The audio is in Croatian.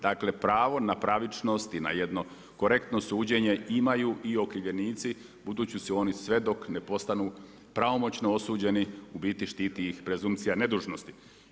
Dakle pravo na pravičnost i na jedno korektno suđenje imaju i okrivljenici budući su oni sve dok ne postaju pravomoćno osuđeni u biti štiti ih presumpcija nedužnosti.